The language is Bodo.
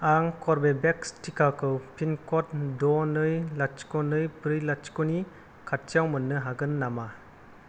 आं कर्वेभेक्स टिकाखौ पिन कड द' नै लाथिख नै ब्रै लाथिख नि खाथिआव मोन्नो हागोन नामा